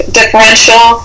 differential